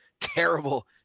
terrible